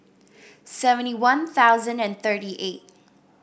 seventy One Thousand and thirty eight